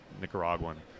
Nicaraguan